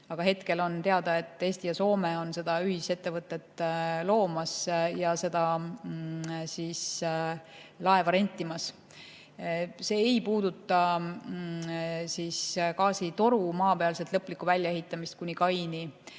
Aga hetkel on teada, et Eesti ja Soome on seda ühisettevõtet loomas ja seda laeva rentimas. See ei puuduta gaasitoru maapealset lõplikku väljaehitamist kuni kaini.